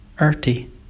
earthy